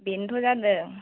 बेनोथ' जादों